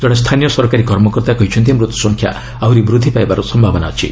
ଜଣେ ସ୍ଥାନୀୟ ସରକାରୀ କର୍ମକର୍ତ୍ତା କହିଛନ୍ତି ମୃତ୍ୟୁ ସଂଖ୍ୟା ଆହୁରି ବୃଦ୍ଧି ପାଇବାର ସମ୍ଭାବନା ଅଛି